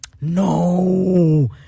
No